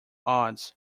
odds